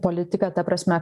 politiką ta prasme